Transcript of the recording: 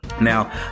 Now